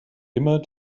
immer